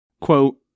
Quote